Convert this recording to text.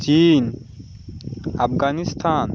চীন আফগানিস্থান